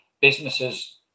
businesses